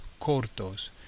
cortos